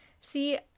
See